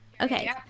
Okay